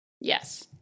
Yes